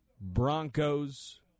Broncos